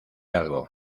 algo